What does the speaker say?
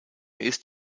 ist